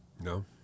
No